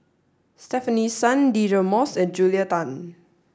Stefanie Sun Deirdre Moss and Julia Tan